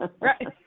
Right